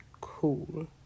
Cool